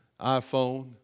iPhone